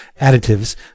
additives